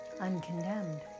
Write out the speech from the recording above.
uncondemned